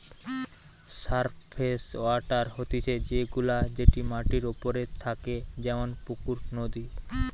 surface water হতিছে সে গুলা যেটি মাটির ওপরে থাকে যেমন পুকুর, নদী